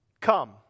come